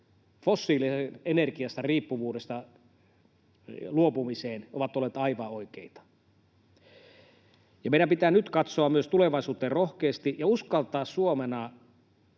fossiilisesta energiasta riippuvuudesta luopumiseen, ovat olleet aivan oikeita. Ja meidän pitää nyt katsoa myös tulevaisuuteen rohkeasti ja uskaltaa Suomena,